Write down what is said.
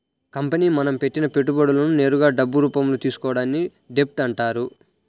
company మనం పెట్టిన పెట్టుబడులను నేరుగా డబ్బు రూపంలో తీసుకోవడాన్ని డెబ్ట్ అంటారు